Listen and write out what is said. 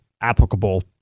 applicable